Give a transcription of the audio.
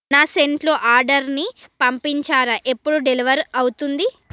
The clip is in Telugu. నా సెంట్లు ఆర్డర్ని పంపించారా ఎప్పుడు డెలివర్ అవుతుంది